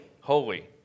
holy